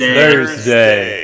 Thursday